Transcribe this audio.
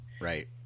Right